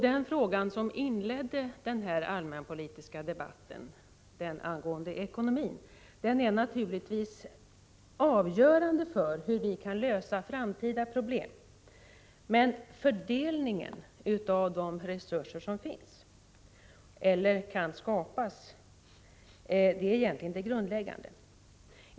Den fråga som inledde den allmänpolitiska debatten, ekonomin, är naturligtvis avgörande för hur vi kan lösa framtida problem, men fördelningen av de resurser som finns eller kan skapas är egentligen det grundläggande.